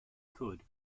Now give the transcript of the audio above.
could